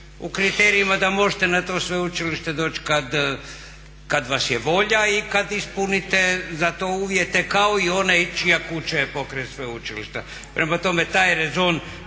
u kriterijima da možete na to sveučilište kad vas je volja i kad ispunite za to uvjete kao i one čija je kuća pokraj sveučilišta. Prema tome, taj rezon